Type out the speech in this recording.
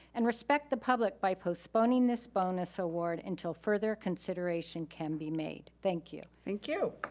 and respect the public by postponing this bonus award until further consideration can be made. thank you. thank you.